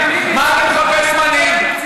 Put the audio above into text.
מה אתה מחפש מנהיג?